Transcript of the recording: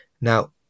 Now